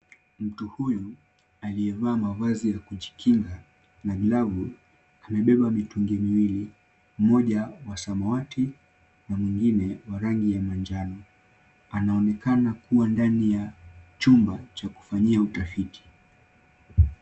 Mtu huyu aliyevaa mavazi ya kujikinga na glavu, amebeba mitungi miwili, mmoja wa samawati na mwingine wa rangi ya manjano. Anaonekana kuwa ndani ya chumba cha kufanyia utafiti.